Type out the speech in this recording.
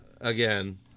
Again